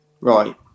Right